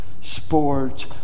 sports